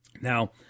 Now